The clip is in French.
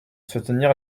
soutenir